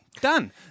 Done